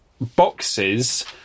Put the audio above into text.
boxes